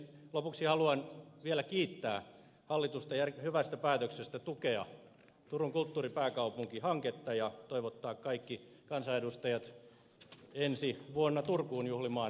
lopuksi haluan vielä kiittää hallitusta hyvästä päätöksestä tukea turun kulttuuripääkaupunkihanketta ja toivottaa kaikki kansanedustajat ensi vuonna turkuun juhlimaan kulttuuripääkaupunkivuotta